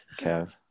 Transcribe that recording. Kev